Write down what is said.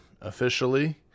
officially